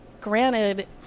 granted